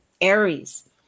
Aries